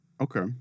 Okay